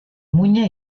muina